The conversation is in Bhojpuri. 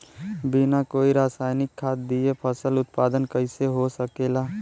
बिना कोई रसायनिक खाद दिए फसल उत्पादन कइसे हो सकेला?